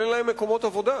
אבל אין להם מקומות עבודה.